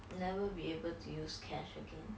never be able to use cash again